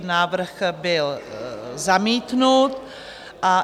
Návrh byl zamítnut.